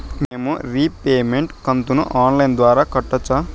మేము రీపేమెంట్ కంతును online ద్వారా కట్టొచ్చా